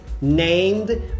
named